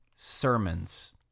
sermons